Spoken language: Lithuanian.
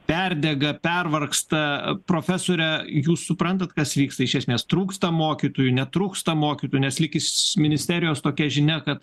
perdega pervargsta profesore jūs suprantat kas vyksta iš esmės trūksta mokytojų netrūksta mokytojų nes lyg iš ministerijos tokia žinia kad